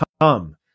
come